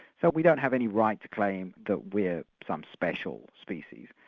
so we don't have any right to claim that we're some special species.